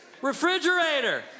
refrigerator